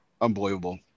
Unbelievable